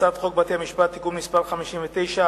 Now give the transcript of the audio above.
הצעת חוק בתי-המשפט (תיקון מס' 59),